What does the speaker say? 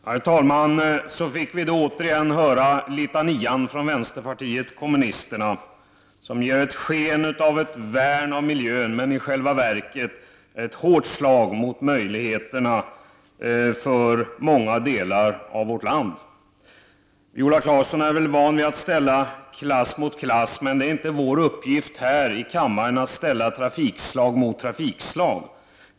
Herr talman! Så fick vi åter höra litanian från vänsterpartiet kommunisterna. Man ger sken av att vilja värna miljön, men i själva verket utdelar man ett hårt slag mot möjligheterna till utveckling i många delar av vårt land. Viola Claesson är väl van vid att ställa klass mot klass, men det är inte vår uppgift här i kammaren att ställa trafikslag mot trafikslag.